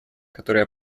которая